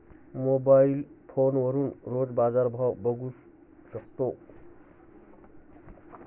Mobile फोनवरून रोजचा बाजारभाव कसा बघू शकतो?